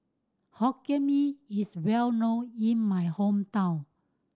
Hokkien Mee is well known in my hometown